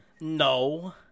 No